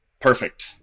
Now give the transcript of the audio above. Perfect